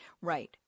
Right